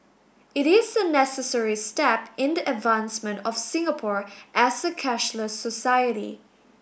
it is a necessary step in the advancement of Singapore as a cashless society